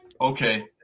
okay